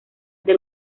del